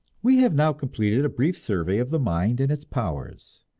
we have now completed a brief survey of the mind and its powers.